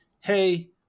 hey